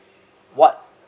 what